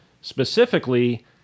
specifically